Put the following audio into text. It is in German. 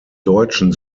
deutschen